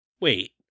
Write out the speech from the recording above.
Wait